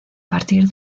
partir